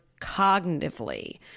cognitively